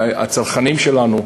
הצרכנים שלנו,